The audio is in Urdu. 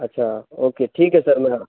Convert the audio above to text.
اچھا اوکے ٹھیک ہے سر میں آ